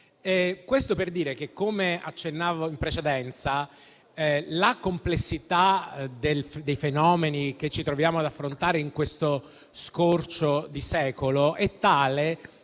precedente. Come accennavo in precedenza, la complessità dei fenomeni che ci troviamo ad affrontare in questo scorcio di secolo è tale da